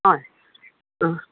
হয়